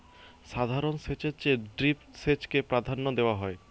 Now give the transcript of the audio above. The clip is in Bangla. সাধারণ সেচের চেয়ে ড্রিপ সেচকে প্রাধান্য দেওয়া হয়